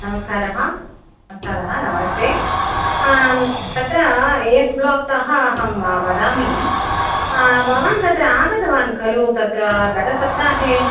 नमस्कारः नमस्कारः नमस्ते आं तत्र ए एस् ब्लाक्तः अहं वदामि भवान् तत्र आगतवान् खलु तत्र गतसप्ताहे